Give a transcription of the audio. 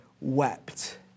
wept